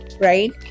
right